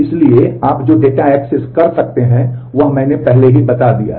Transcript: इसलिए आप जो डेटा एक्सेस कर सकते हैं वह मैंने पहले ही बता दिया है